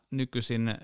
nykyisin